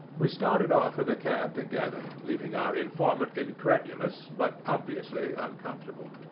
we started off for the cab together, leaving our informant incredulous, but obviously uncomfortable.